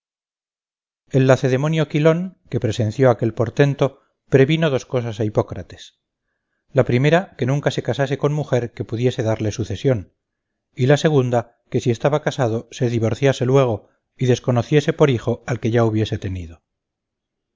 el lacedemonio quilón que presenció aquel portento previno dos cosas a hipócrates la primera que nunca se casase con mujer que pudiese darle sucesión y la segunda que si estaba casado se divorciase luego y desconociese por hijo al que ya hubiese tenido